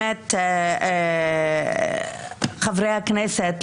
חברי הכנסת,